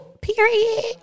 period